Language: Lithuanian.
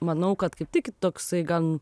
manau kad kaip tik toksai gan